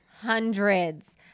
hundreds